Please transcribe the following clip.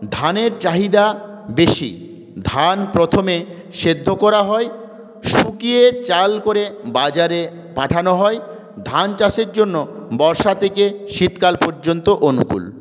ধানের চাহিদা বেশি ধান প্রথমে সেদ্ধ করা হয় শুকিয়ে চাল করে বাজারে পাঠানো হয় ধান চাষের জন্য বর্ষা থেকে শীতকাল পর্যন্ত অনুকূল